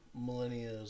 millennia